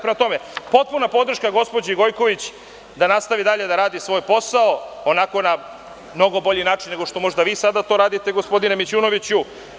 Prema tome, potpuna podrška gospođi Gojković da nastavi dalje da radi svoj posao, na mnogo bolji način nego što možda vi sada to radite, gospodine Mićunoviću.